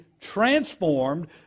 transformed